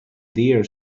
deer